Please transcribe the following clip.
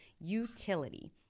utility